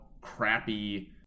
crappy